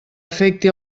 afecti